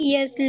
Yes